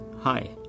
Hi